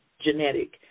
genetic